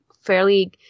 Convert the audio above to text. fairly